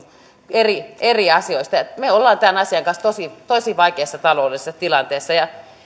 eri eri asioista me olemme tämän asian kanssa tosi vaikeassa taloudellisessa tilanteessa ja